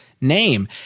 name